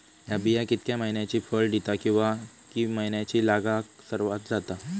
हया बिया कितक्या मैन्यानी फळ दिता कीवा की मैन्यानी लागाक सर्वात जाता?